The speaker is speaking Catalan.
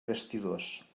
vestidors